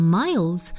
miles